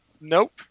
Nope